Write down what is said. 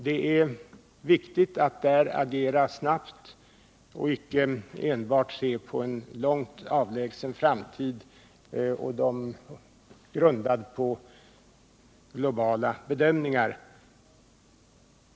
Det är viktigt att där agera snabbt — man får inte enbart se på en långt avlägsen framtid och grunda sitt resonemang på globala bedömningar.